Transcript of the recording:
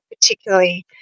particularly